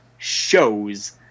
shows